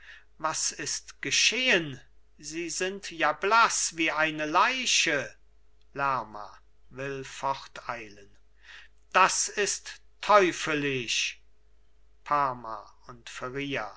was ist geschehen sie sind ja blaß wie eine leiche lerma will forteilen das ist teufelisch parma und